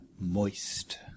Moist